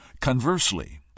Conversely